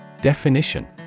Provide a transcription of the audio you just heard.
Definition